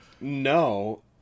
No